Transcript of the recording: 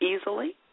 easily